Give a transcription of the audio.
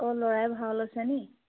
অঁ ল'ৰাই ভাও লৈছেনি